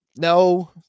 No